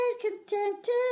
contented